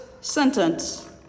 sentence